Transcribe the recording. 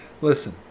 Listen